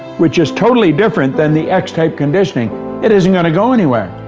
which is totally different than the x-type conditioning it isn't going to go anywhere,